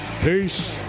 Peace